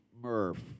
Murph